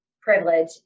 privilege